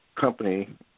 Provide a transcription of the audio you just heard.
Company